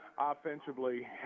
offensively